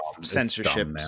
censorship